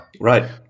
right